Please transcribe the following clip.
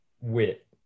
wit